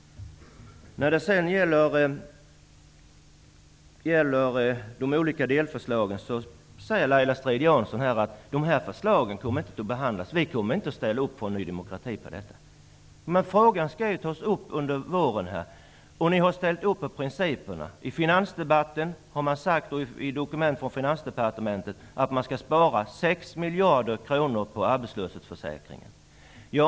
När det sedan gäller de olika delförslagen säger Laila Strid-Jansson att de inte kommer att behandlas och att Ny demokrati inte kommer att ställa upp på detta. Men frågan skall ju tas upp under våren, och ni har ställt upp på principerna. I Finansdepartementet har det sagts att man skall spara 6 miljarder kronor på arbetslöshetsförsäkringen.